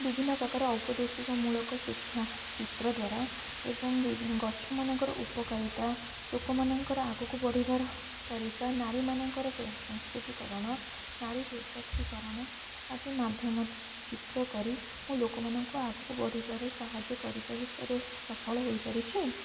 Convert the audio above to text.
ବିଭିନ୍ନ ପ୍ରକାର ଔପଦେଶିକ ମୂଳକ ଶିକ୍ଷା ଚିତ୍ର ଦ୍ୱାରା ଏବଂ ଗଛମାନଙ୍କର ଉପକାରିତା ଲୋକମାନଙ୍କର ଆଗକୁ ବଢ଼ିବାର ତରିକା ନାରୀମାନଙ୍କର ସଂସ୍କୃତିକରଣ ନାରୀ ସଶକ୍ତିକରଣ ଆଦି ମାଧ୍ୟମ ତ ଚିତ୍ର କରି ମୁଁ ଲୋକମାନଙ୍କୁ ଆଗକୁ ବଢ଼ିବାରେ ସାହାଯ୍ୟ କରିପାରିବାରେ ସଫଳ ହୋଇପାରିଛି